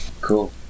cool